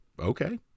okay